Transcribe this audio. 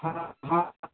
हाँ हाँ हाँ